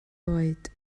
oed